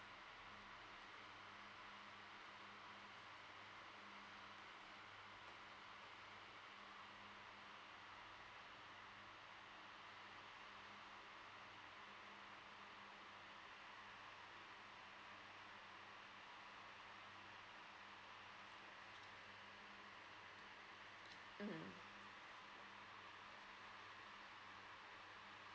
mmhmm